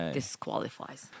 disqualifies